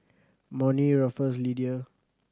Monnie Ruffus Lidia